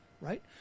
right